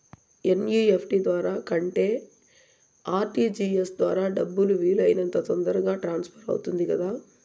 NEFT ద్వారా కంటే RTGS ద్వారా డబ్బు వీలు అయినంత తొందరగా ట్రాన్స్ఫర్ అవుతుంది కదా